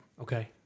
okay